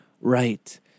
right